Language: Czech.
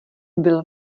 byl